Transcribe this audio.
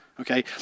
Okay